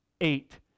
Eight